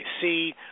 see